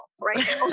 right